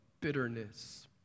bitterness